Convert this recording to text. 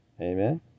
Amen